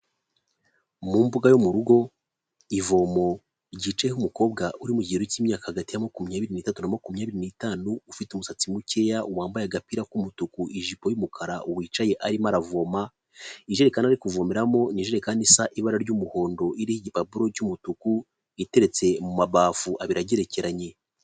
Mu mbuga yo mu rugo ivomo igice cy'umukobwa uri mu gihe cy'imyaka hagati ya makumyabiri nitatu na makumyabiri nitanu ufite umusatsi mukeya wambaye agapira k'umutuku ijipo y'umukara wicaye arimo aravoma ijerekana ari kuvomeramo nijerekani isa ibara ry'umuhondo iriho igipapuro cy'umutuku iteretse mu mabafu abiri agerekeranye.